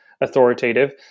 Authoritative